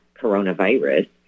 coronavirus